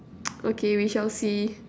okay we shall see